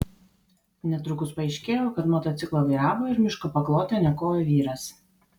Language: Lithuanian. netrukus paaiškėjo kad motociklą vairavo ir miško paklotę niokojo vyras